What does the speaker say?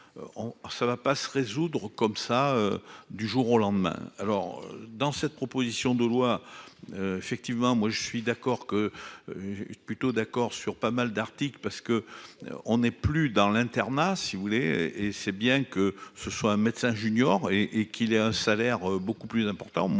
ça ne va pas se résoudre comme ça du jour au lendemain. Alors dans cette proposition de loi. Effectivement, moi je suis d'accord que. Plutôt d'accord sur pas mal d'articles parce que. On est plus dans l'internat, si vous voulez et c'est bien que ce soit un médecin. Et et qu'il ait un salaire beaucoup plus important, moi